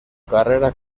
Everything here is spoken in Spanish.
carrera